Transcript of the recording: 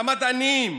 המדענים,